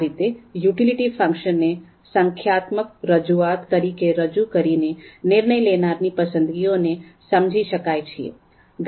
આ રીતે utility function ને સંખ્યાત્મક રજૂઆત તરીકે રજૂઆત કરીને નિર્ણય લેનારની પસંદગીઓની સમજી શકીએ છીએ